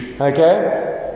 Okay